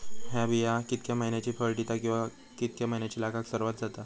हया बिया कितक्या मैन्यानी फळ दिता कीवा की मैन्यानी लागाक सर्वात जाता?